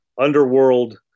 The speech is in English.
underworld